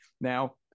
Now